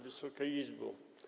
Wysoka Izbo!